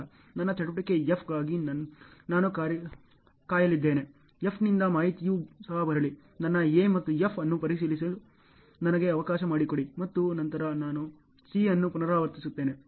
ನನ್ನ ಚಟುವಟಿಕೆ F ಗಾಗಿ ನಾನು ಕಾಯಲಿದ್ದೇನೆ F ನಿಂದ ಮಾಹಿತಿಯು ಸಹ ಬರಲಿ ನನ್ನ A ಮತ್ತು F ಅನ್ನು ಪರೀಕ್ಷಿಸಲು ನನಗೆ ಅವಕಾಶ ಮಾಡಿಕೊಡಿ ಮತ್ತು ನಂತರ ನಾನು C ಅನ್ನು ಪುನರಾವರ್ತಿಸುತ್ತೇನೆ